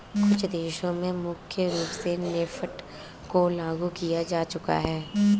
कुछ देशों में मुख्य रूप से नेफ्ट को लागू किया जा चुका है